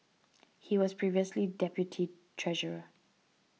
he was previously deputy treasure